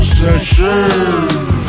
sessions